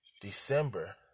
December